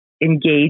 engage